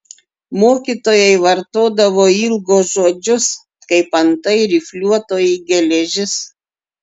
mokytojai vartodavo ilgus žodžius kaip antai rifliuotoji geležis